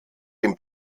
den